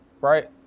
right